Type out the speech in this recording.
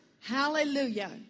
hallelujah